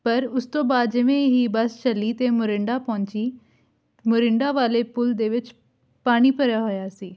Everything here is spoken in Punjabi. ਪਰ ਉਸ ਤੋਂ ਬਾਅਦ ਜਿਵੇਂ ਹੀ ਬੱਸ ਚੱਲੀ ਅਤੇ ਮੋਰਿੰਡਾ ਪਹੁੰਚੀ ਮੋਰਿੰਡਾ ਵਾਲੇ ਪੁੱਲ ਦੇ ਵਿੱਚ ਪਾਣੀ ਭਰਿਆ ਹੋਇਆ ਸੀ